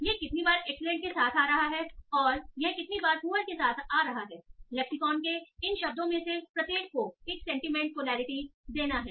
यह कितनी बार एक्सीलेंट के साथ आ रहा है और यह कितनी बार पुअर के साथ आ रहा है लैक्सिकोन के इन शब्दों में से प्रत्येक को एक सेंटीमेंट पोलैरिटी देना है